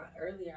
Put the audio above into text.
earlier